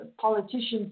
politicians